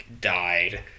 died